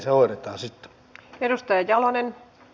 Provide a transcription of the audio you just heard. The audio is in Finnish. miten se sitten hoidetaan